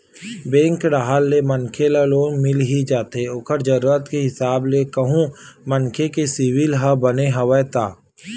bank डाहर ले तो मनखे ल लोन मिल ही जाथे ओखर जरुरत के हिसाब ले कहूं मनखे के सिविल ह बने हवय ता